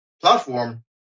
platform